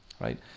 Right